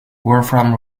wolfram